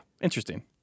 Interesting